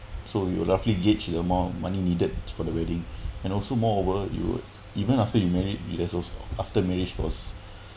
so you were roughly gauge the amount of money needed for the wedding and also moreover you would even after you married there's also after marriage was